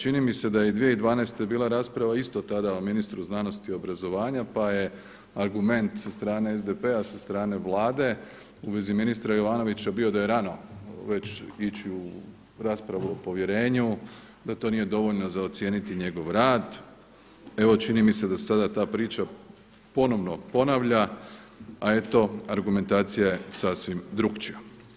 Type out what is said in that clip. Čini mi se da je i 2012. bila rasprava isto tada o ministru znanosti i obrazovanja, pa je argument sa strane SDP-a sa strane vlade u vezi ministra Jovanovića bio da je rano već ići u raspravu o povjerenju, da to nije dovoljno za ocijeniti njegov rad, evo čini mi se da sada ta priča ponovno ponavlja, a eto argumentacija je sasvim drukčija.